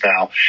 now